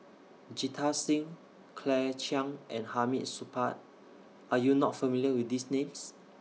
Jita Singh Claire Chiang and Hamid Supaat Are YOU not familiar with These Names